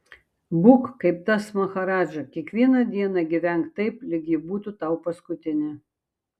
būk kaip tas maharadža kiekvieną dieną gyvenk taip lyg ji būtų tau paskutinė